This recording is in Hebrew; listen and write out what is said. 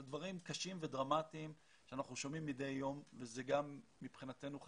לדברים קשים ודרמטיים שאנחנו שומעים מדי יום ומבחינתנו זה